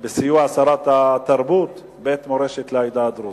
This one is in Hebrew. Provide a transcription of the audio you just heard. בסיוע שרת התרבות, בית מורשת לעדה הדרוזית.